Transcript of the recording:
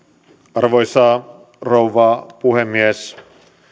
arvoisa rouva puhemies